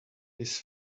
this